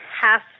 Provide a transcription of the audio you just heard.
half